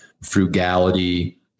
frugality